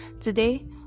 Today